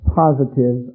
positive